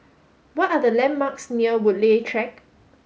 what are the landmarks near Woodleigh Track